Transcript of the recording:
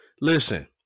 Listen